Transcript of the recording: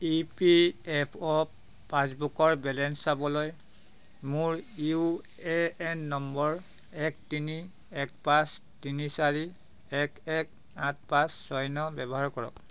ই P F অ' পাছবুকৰ balance চাবলৈ মোৰ ইউ এ এন নম্বৰ এক তিনি এক পাঁচ তিনি চাৰি এক এক আঠ পাঁচ ছয় ন ব্যৱহাৰ কৰক